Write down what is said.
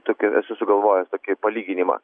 tokį esu sugalvojęs tokį palyginimą